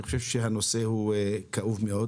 אני חושב שהנושא הוא כאוב מאוד,